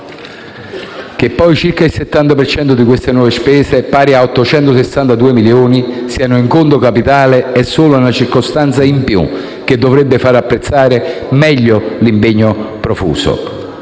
Che poi circa il 70 per cento di queste nuove spese, pari a 862 milioni, siano in conto capitale è solo una circostanza in più, che dovrebbe far apprezzare meglio l'impegno profuso.